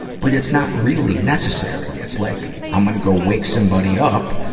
but it's not really necessary. it's like, i'm gonna go wake somebody up.